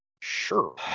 Sure